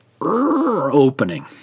opening